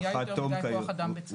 היה יותר מדי כוח אדם בצה"ל.